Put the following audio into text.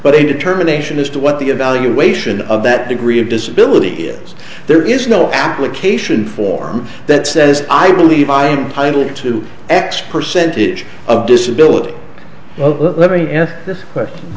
a determination as to what the evaluation of that degree of disability is there is no application for that says i believe i am title to x percentage of disability let me ask this question